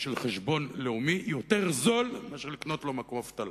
של חשבון לאומי יותר זול מאשר לקנות לו מקום אבטלה,